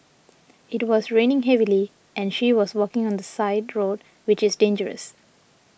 it was raining heavily and she was walking on the side road which is dangerous